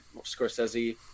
Scorsese